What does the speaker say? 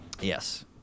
Yes